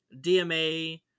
DMA